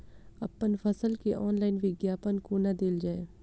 अप्पन फसल केँ ऑनलाइन विज्ञापन कोना देल जाए?